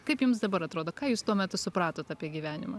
kaip jums dabar atrodo ką jūs tuo metu supratot apie gyvenimą